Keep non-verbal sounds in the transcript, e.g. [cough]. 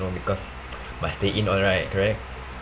know because [noise] must stay in all right correct